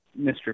Mr